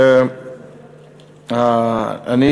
אני